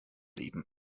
leben